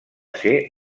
ser